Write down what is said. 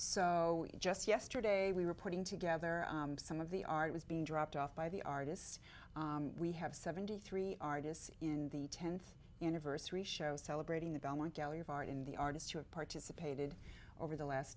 so just yesterday we were putting together some of the art has been dropped off by the artists we have seventy three artists in the tenth anniversary show celebrating the belmont gallery of art in the artist who have participated over the last